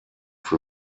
für